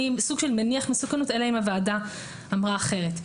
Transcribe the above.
אני סוג של מניח מסוכנות אלא אם הוועדה אמרה אחרת,